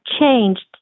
changed